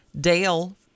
Dale